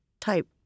type